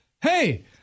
hey